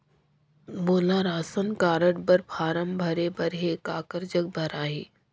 मोला ration card बर form भरे बर हे काकर जग भराही?